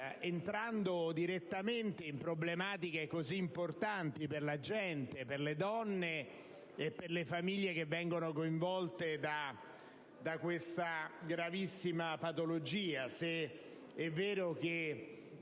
entrando direttamente in problematiche davvero importanti per la gente, per le donne e per le famiglie coinvolte da questa gravissima patologia.